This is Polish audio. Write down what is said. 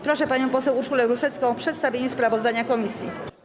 Proszę panią poseł Urszulę Rusecką o przedstawienie sprawozdania komisji.